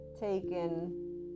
taken